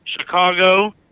Chicago